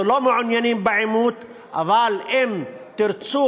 אנחנו לא מעוניינים בעימות, אבל אם תרצו,